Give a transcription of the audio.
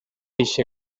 eixe